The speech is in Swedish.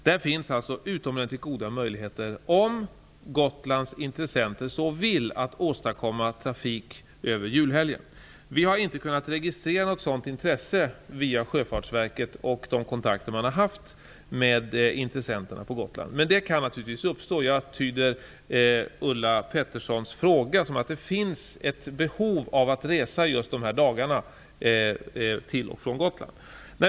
Där finns utomordentligt goda möjligheter, om Gotlands intressenter så vill, att åstadkomma trafik över julhelgen. Vi har inte kunnat registrera något sådant intresse via Sjöfartsverket och de kontakter man har haft med intressenterna på Gotland. Men det kan naturligtvis uppstå. Jag tyder Ulla Petterssons fråga som att det finns ett behov av att man kan resa till och från Gotland under just dessa dagar.